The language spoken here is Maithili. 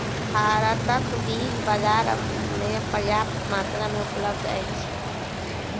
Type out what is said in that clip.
भारतक बीज बाजार में पर्याप्त मात्रा में उपलब्ध अछि